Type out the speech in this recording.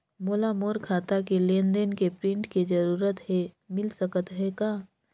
मोला मोर खाता के लेन देन के प्रिंट के जरूरत हे मिल सकत हे का?